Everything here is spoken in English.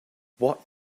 what